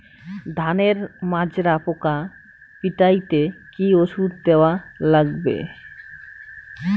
ধানের মাজরা পোকা পিটাইতে কি ওষুধ দেওয়া লাগবে?